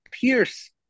pierce